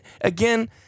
again